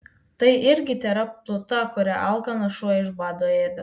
tai irgi tėra pluta kurią alkanas šuo iš bado ėda